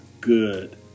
good